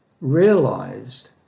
realized